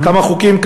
כמה חוקים,